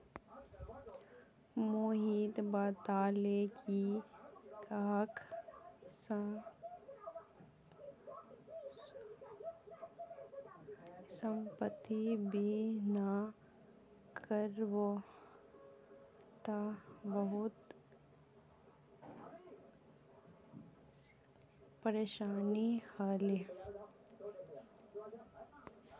मोहित बताले कि वहाक संपति बीमा करवा त बहुत परेशानी ह ले